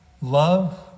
love